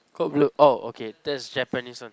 Code Blue oh okay that's Japanese one